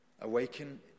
awaken